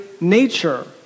nature